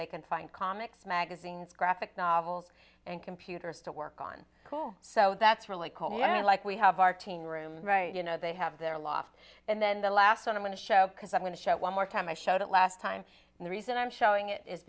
they can find comics magazines graphic novels and computers to work on cool so that's really call me like we have our team room right you know they have their loft and then the last one i want to show because i'm going to show it one more time i showed it last time and the reason i'm showing it is